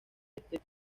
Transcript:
este